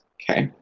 okay,